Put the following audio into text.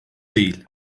değil